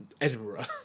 Edinburgh